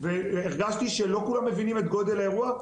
הרגשתי שלא כולם מבינים את גודל האירוע,